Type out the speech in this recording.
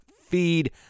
feed